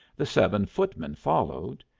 the seven footmen followed.